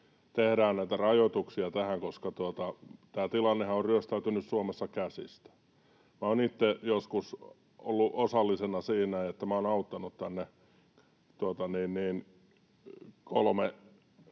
tehdään näitä rajoituksia tähän, koska tämä tilannehan on ryöstäytynyt Suomessa käsistä. Minä olen itse joskus ollut osallisena siinä, että minä olen auttanut tänne ensin